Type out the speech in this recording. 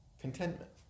contentment